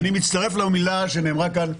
אני מצטרף למילה שנאמרה כאן,